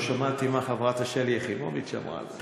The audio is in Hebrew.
לא שמעתי מה חברת שלי יחימוביץ אמרה על,